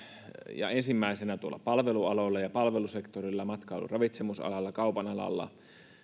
ja ensimmäisenä palvelualoilla ja palvelusektorilla matkailu ja ravitsemusalalla kaupanalalla